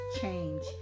change